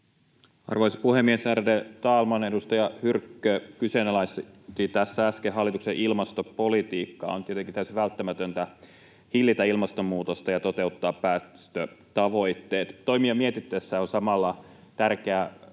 Arvoisa puhemies, ärade talman! Edustaja Hyrkkö kyseenalaisti tässä äsken hallituksen ilmastopolitiikan. On tietenkin täysin välttämätöntä hillitä ilmastonmuutosta ja toteuttaa päästötavoitteet. Toimia mietittäessä on samalla tärkeää